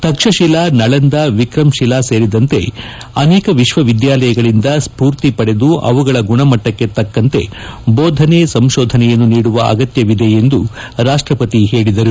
ತಕ್ಷತಿಲಾ ನಳಂದಾ ವಿಕ್ರಮ್ತಿಲಾ ಸೇರಿದಂತೆ ಅನೇಕ ವಿಕ್ಸವಿದ್ಯಾಲಯಗಳಿಂದ ಸ್ಪೂರ್ತಿ ಪಡೆದು ಅವುಗಳ ಗುಣಮಟ್ಟಕ್ಕೆ ತಕ್ಕಂತೆ ಬೋಧನೆ ಸಂಶೋಧನೆಯನ್ನು ನೀಡುವ ಅಗತ್ಯವಿದೆ ಎಂದು ಅವರು ಹೇಳಿದರು